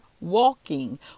walking